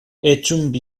visitant